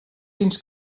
fins